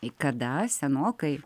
kada senokai